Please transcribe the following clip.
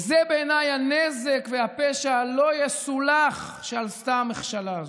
וזה בעיניי הנזק והפשע הלא-יסולח שעשתה המכשלה הזאת.